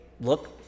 look